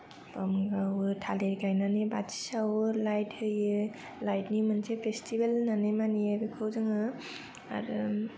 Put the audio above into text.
बम गावो थालिर गायनानै बाथि सावो लायत होयो लायतनि मोनसे फेस्तिभेल होननानै मानियो बेखौ जोङो आरो